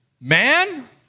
man